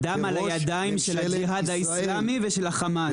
הדם על הידיים של הג'יהאד האסלאמי ושל החמאס.